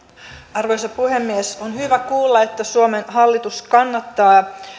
arvoisa puhemies on hyvä kuulla että suomen hallitus kannattaa